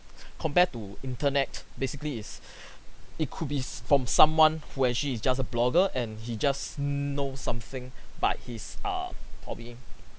compare to internet basically is it could be s~ from someone who actually is just a blogger and he just know something but his err probably